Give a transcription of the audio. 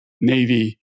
Navy